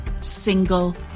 single